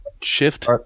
shift